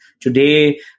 Today